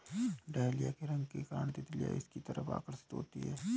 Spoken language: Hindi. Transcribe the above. डहेलिया के रंग के कारण तितलियां इसकी तरफ आकर्षित होती हैं